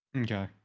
Okay